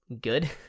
good